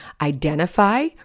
identify